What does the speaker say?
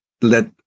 let